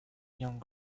young